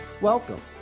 Welcome